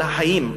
על החיים,